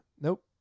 Nope